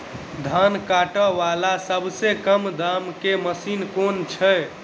धान काटा वला सबसँ कम दाम केँ मशीन केँ छैय?